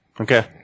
Okay